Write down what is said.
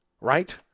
right